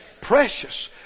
Precious